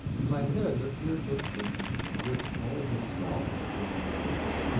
and my head appeared to tighten, as if all the scalp had grown tense.